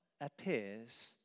appears